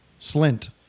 Slint